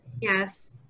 Yes